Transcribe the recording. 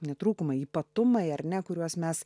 ne trūkumai ypatumai ar ne kuriuos mes